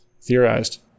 theorized